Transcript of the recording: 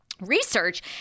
research